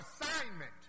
assignment